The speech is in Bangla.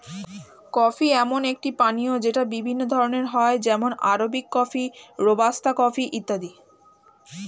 কফি এমন একটি পানীয় যেটা বিভিন্ন ধরণের হয় যেমন আরবিক কফি, রোবাস্তা কফি ইত্যাদি